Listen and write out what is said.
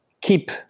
keep